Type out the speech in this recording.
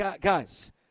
Guys